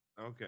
Okay